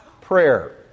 prayer